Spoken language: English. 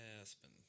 Aspen